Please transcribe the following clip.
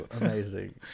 amazing